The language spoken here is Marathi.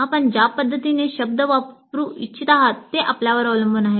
आपण ज्या पद्धतीने शब्द वापरू इच्छित आहात ते आपल्यावर अवलंबून आहे